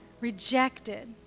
rejected